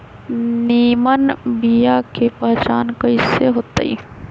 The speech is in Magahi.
निमन बीया के पहचान कईसे होतई?